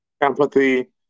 empathy